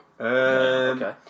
Okay